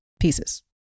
pieces